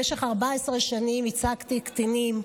במשך 14 שנים ייצגתי קטינים,